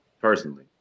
personally